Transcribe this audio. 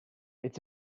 it’s